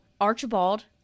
Archibald